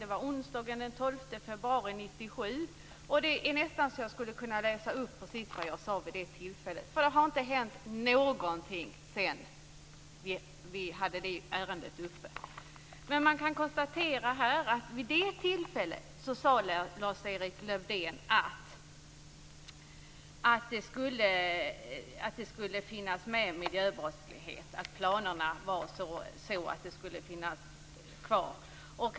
Det var onsdagen den 12 februari 1997. Jag skulle nästan kunna läsa upp precis vad jag sade vid det tillfället. Det har nämligen inte hänt någonting sedan vi hade det ärendet uppe. Vi kan dock konstatera att Lars-Erik Lövdén vid det tillfället sade att miljöbrottslighet skulle finnas med. Planerna var sådana att den skulle finnas kvar.